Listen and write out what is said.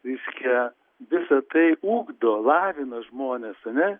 reiškia visa tai ugdo lavina žmones ane